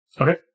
Okay